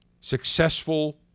successful